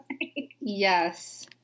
Yes